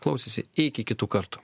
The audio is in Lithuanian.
klausėsi iki kitų kartų